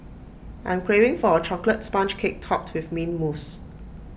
I am craving for A Chocolate Sponge Cake Topped with Mint Mousse